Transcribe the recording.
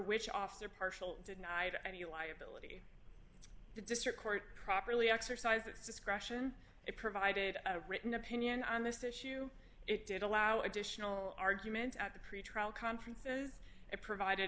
which office or partial didn't i had any liability the district court properly exercised its discretion it provided a written opinion on this issue it did allow additional argument at the pretrial conference is it provided